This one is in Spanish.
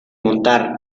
montar